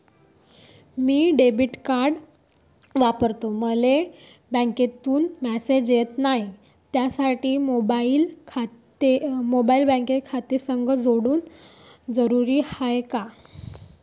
मी debit card वापरतो मले बँकेतून मॅसेज येत नाही, त्यासाठी मोबाईल बँक खात्यासंग जोडनं जरुरी हाय का?